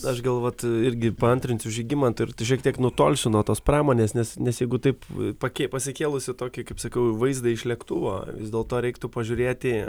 aš gal vat irgi paantrinsiu žygimantui ir šiek tiek nutolsiu nuo tos pramonės nes nes jeigu taip pake pasikėlusi tokį kaip sakau vaizdą iš lėktuvo vis dėlto reiktų pažiūrėti